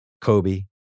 Kobe